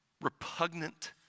repugnant